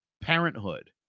Parenthood